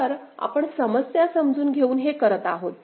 तर आपण समस्या समजून घेऊन हे करत आहोत